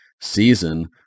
season